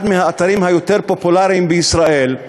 אחד מהאתרים היותר-פופולריים בישראל,